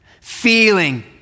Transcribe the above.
feeling